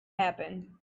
happen